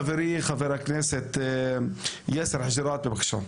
חברי, חבר הכנסת יאסר חודג'יראת, בבקשה.